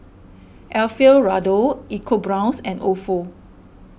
Alfio Raldo EcoBrown's and Ofo